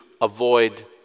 avoid